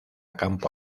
campo